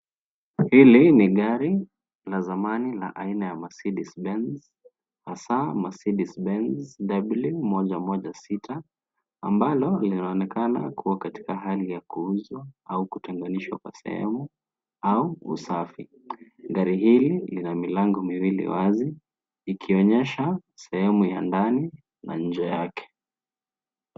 Hili ni gari na zamani na aina ya Mercedes Benz asa Mercedes Benz W116 ambalo linaonekana kuwa katika hali ya kuuzwa au kutenganishwa kwa sehemu au usafi ,gari hili lina milango miwili wazi ikionyesha sehemu ya ndani na nje yake.